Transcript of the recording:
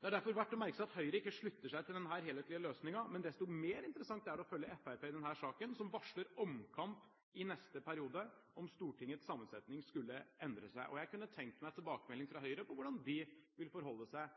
Det er verdt å merke seg at Høyre ikke slutter seg til denne helhetlige løsningen, men desto mer interessant er det å følge Fremskrittspartiet i denne saken, som varsler omkamp i neste periode om Stortingets sammensetning skulle endre seg. Jeg kunne tenkt meg tilbakemelding fra Høyre på hvordan de vil forholde seg